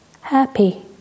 happy